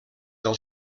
del